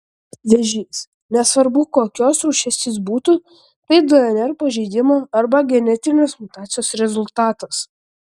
vėžys nesvarbu kokios rūšies jis būtų tai dnr pažeidimo arba genetinės mutacijos rezultatas